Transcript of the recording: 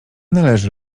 należy